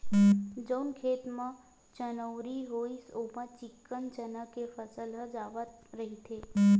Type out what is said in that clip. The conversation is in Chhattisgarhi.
जउन खेत म चनउरी होइस ओमा चिक्कन चना के फसल ह जावत रहिथे